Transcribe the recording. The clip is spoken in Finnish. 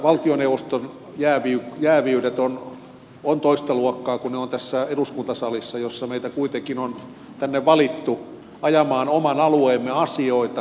valtioneuvoston jääviydet ovat toista luokkaa kuin ne ovat tässä eduskuntasalissa jossa meitä kuitenkin on tänne valittu ajamaan oman alueemme asioita